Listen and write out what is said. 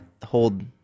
Hold